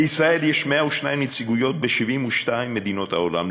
לישראל יש 102 נציגויות ב-72 מדינות העולם,